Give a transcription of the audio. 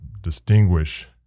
distinguish